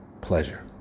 pleasure